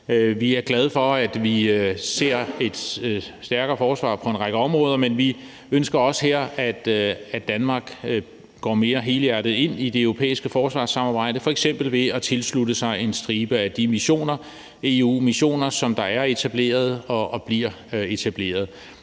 Vi er glade for, at vi ser et stærkere forsvar på en række områder, men vi ønsker også her, at Danmark går mere helhjertet ind i det europæiske forsvarssamarbejde, f.eks. ved at tilslutte sig en stribe af de missioner, EU-missioner, som er etableret og bliver etableret.